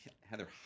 Heather